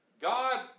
God